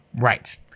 Right